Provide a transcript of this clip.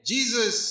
Jesus